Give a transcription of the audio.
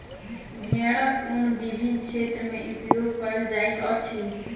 भेड़क ऊन विभिन्न क्षेत्र में उपयोग कयल जाइत अछि